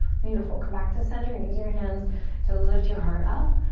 beautiful, come back to center. use your hands to lift your heart up.